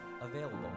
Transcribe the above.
Available